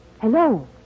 Hello